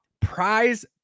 prize